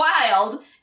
wild